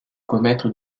commettre